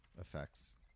effects